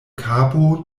kapo